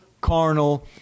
carnal